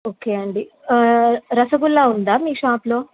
okay అండి ఆ రసగుల్లా ఉందా మీ షాప్లో